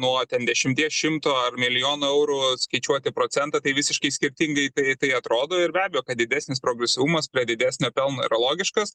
nuo ten dešimties šimto ar milijonų eurų skaičiuoti procentą tai visiškai skirtingai tai tai atrodo ir be abejo kad didesnis progresyvumas prie didesnio pelno yra logiškas